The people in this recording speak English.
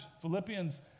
Philippians